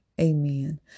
Amen